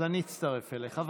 אז אני אצטרף אליך.